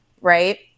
right